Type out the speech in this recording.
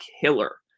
killer